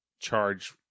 charge